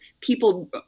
people